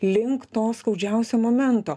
link to skaudžiausio momento